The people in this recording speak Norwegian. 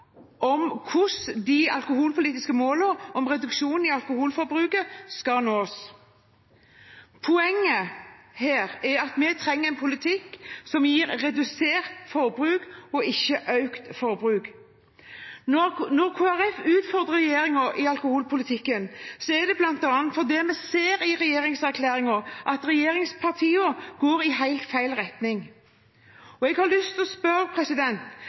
om reduksjon i alkoholforbruket.» Poenget her er at vi trenger en politikk som gir redusert forbruk, ikke økt forbruk. Når Kristelig Folkeparti utfordrer regjeringen i alkoholpolitikken, er det bl.a. fordi vi ser i regjeringserklæringen at regjeringspartiene går i helt feil retning. Og jeg har lyst til å spørre